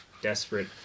desperate